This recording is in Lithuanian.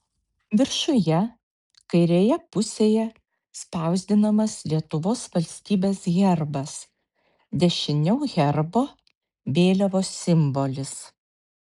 viršuje kairėje pusėje spausdinamas lietuvos valstybės herbas dešiniau herbo vėliavos simbolis